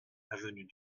avenue